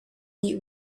you